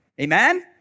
Amen